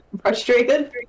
frustrated